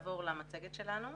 (הצגת מצגת) בבקשה, נעבור למצגת שלנו.